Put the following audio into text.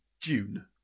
June